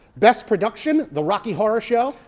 best production, the rocky horror show.